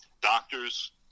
doctors